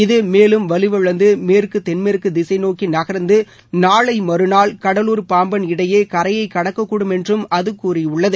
இதுமேலும் வலுவிழந்து மேற்கு தென்மேற்கு திசை நோக்கி நகர்ந்து நாளை மறுநாள் கடலூர் பாம்பன் இடையே கரையை கடக்கக்கூடும் என்றும் அது கூறியுள்ளது